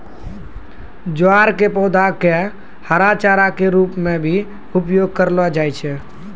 ज्वार के पौधा कॅ हरा चारा के रूप मॅ भी उपयोग करलो जाय छै